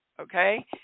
okay